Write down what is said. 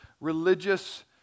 religious